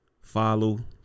Follow